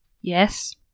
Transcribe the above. Yes